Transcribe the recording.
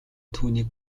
түүнийг